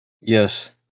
Yes